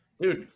Dude